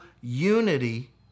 unity